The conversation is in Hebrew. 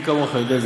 מי כמוך יודע,